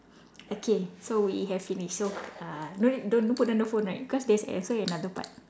okay so we have finished so uh no need don't put down the phone right cause there's also another part